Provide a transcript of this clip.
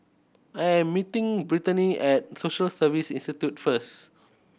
I am meeting Brittnay at Social Service Institute first